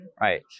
right